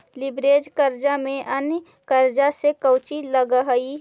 Leverage कर्जा में अन्य कर्जा से कउची अलग हई?